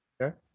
Okay